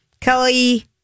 Kelly